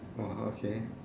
orh okay